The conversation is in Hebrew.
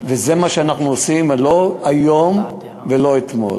וזה מה שאנחנו עושים, לא היום ולא אתמול.